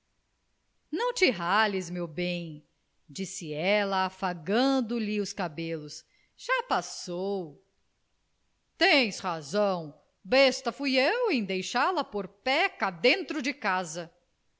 não te rales meu bem disse ela afagando lhe os cabelos já passou tens razão besta fui eu em deixá-la pôr pé cá dentro de casa